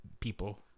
People